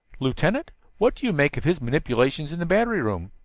lieutenant, what do you make of his manipulations in the battery room?